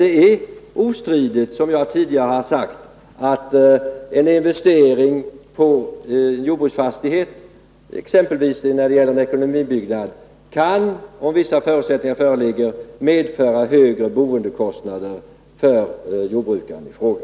Det är ostridigt, som jag tidigare har sagt, att en investering i en jordbruksfastighet — exempelvis i en ekonomibyggnad — kan, om vissa förutsättningar föreligger, medföra högre boendekostnader för en jordbrukare.